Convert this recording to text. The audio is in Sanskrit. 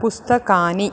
पुस्तकानि